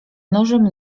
nożem